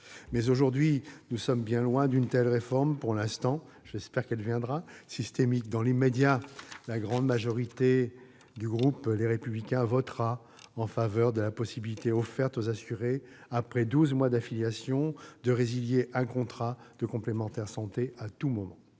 Mais aujourd'hui, nous sommes bien loin d'une telle réforme systémique qui, je l'espère, viendra malgré tout rapidement. Dans l'immédiat, la grande majorité du groupe Les Républicains votera en faveur de la possibilité offerte aux assurés, après douze mois d'affiliation, de résilier un contrat de complémentaire santé à tout moment.